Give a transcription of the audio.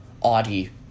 Audi